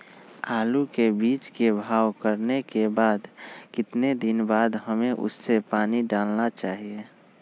आलू के बीज के भाव करने के बाद कितने दिन बाद हमें उसने पानी डाला चाहिए?